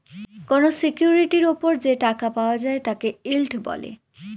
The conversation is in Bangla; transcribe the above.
কোনো সিকিউরিটির ওপর যে টাকা পাওয়া যায় তাকে ইল্ড বলে